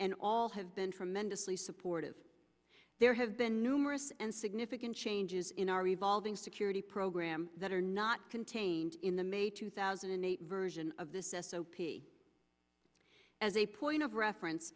and all have been tremendously supportive there have been numerous and significant changes in our evolving security program that are not contained in the may two thousand and eight version of this s o b as a point of reference